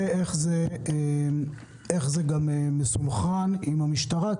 ואיך זה מסונכרן עם המשטרה.